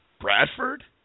Bradford